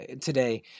today